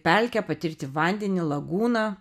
pelkę patirti vandenį lagūną